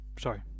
Sorry